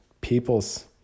peoples